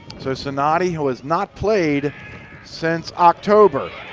so, sinani who has not played since october,